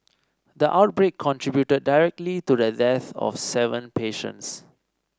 the outbreak contributed directly to the death of seven patients